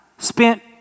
spent